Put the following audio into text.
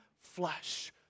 flesh